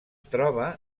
troba